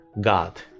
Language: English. God